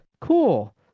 Cool